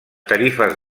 tarifes